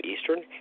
Eastern